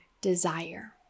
desire